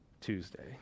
Tuesday